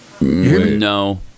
No